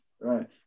right